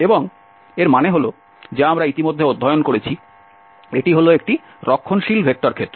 এবং এর মানে হল যা আমরা ইতিমধ্যে অধ্যয়ন করেছি এটি হল রক্ষণশীল ভেক্টর ক্ষেত্র